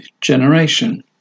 generation